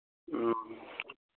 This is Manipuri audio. ꯎꯝ